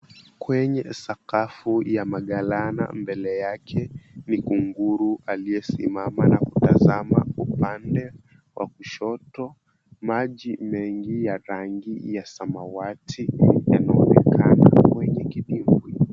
Kwenye sakafu ya magalana mbele yake ni kunguru aliyesimama na kutazama upande wa kushoto. Maji mengi ya rangi ya samawati yanaonekana kwenye kidimbwi